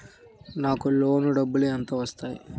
నాకు లోన్ డబ్బులు ఎంత వస్తాయి?